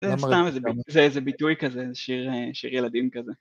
זה סתם איזה ביטוי כזה שיר ילדים כזה.